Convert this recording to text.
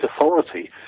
authority